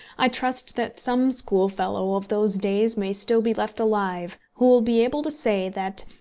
i trust that some schoolfellow of those days may still be left alive who will be able to say that,